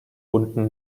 bunten